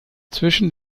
zwischen